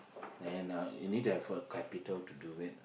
and uh you need to have capital to do it